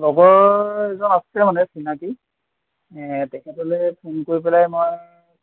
লগৰ এজন আছে মানে চিনাকি তেখেতলৈ ফোন কৰি পেলাই মই